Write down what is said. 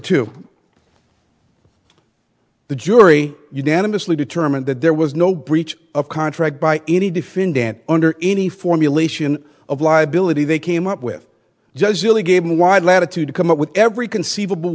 two the jury unanimously determined that there was no breach of contract by any defendant under any formulation of liability they came up with just really gave him a wide latitude to come up with every conceivable